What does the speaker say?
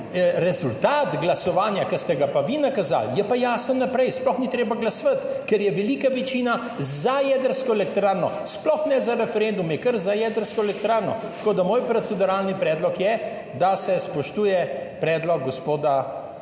Rezultat glasovanja, ki ste ga pa vi nakazali, je pa jasen naprej, sploh ni treba glasovati, ker je velika večina za jedrsko elektrarno, sploh ne za referendum, je kar za jedrsko elektrarno. Moj proceduralni predlog je, da se spoštuje predlog gospoda Vatovca.